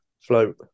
float